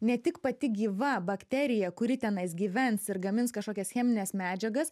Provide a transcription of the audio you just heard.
ne tik pati gyva bakterija kuri tenais gyvens ir gamins kažkokias chemines medžiagas